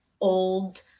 old